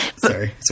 Sorry